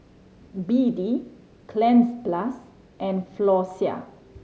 B D Cleanz Plus and Floxia